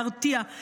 להרתיע,